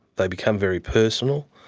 they become very personal,